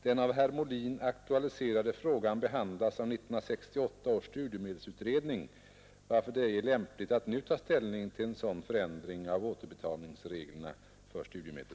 Den av herr Molin aktualiserade frågan behandlas av 1968 års studiemedelsutredning varför det ej är lämpligt att nu ta ställning till en sådan förändring av återbetalningsreglerna för studiemedel.